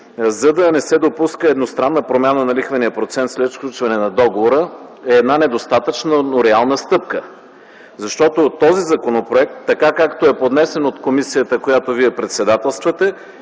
за да не се допуска едностранна промяна на лихвения процент след сключване на договора, е една недостатъчна, но реална стъпка. Защото този законопроект, както е поднесен от комисията, която Вие председателствате,